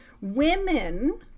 Women